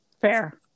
Fair